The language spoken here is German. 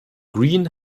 green